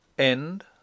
End